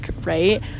right